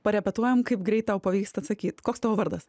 parepetuojam kaip greit tau pavyks atsakyt koks tavo vardas